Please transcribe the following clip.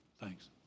Thanks